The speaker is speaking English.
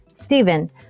Stephen